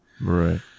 Right